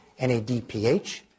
NADPH